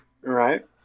Right